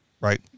right